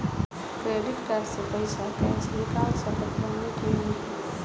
Credit card से पईसा cash निकाल सकत बानी की ना?